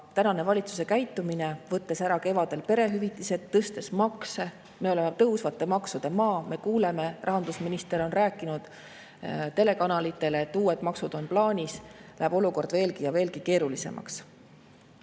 ja valitsuse käitumise tõttu, kui nad kevadel võtsid ära perehüvitised ja tõstsid makse – me oleme tõusvate maksude maa, me kuuleme, et rahandusminister on rääkinud telekanalitele, et uued maksud on plaanis –, läheb olukord veelgi ja veelgi keerulisemaks.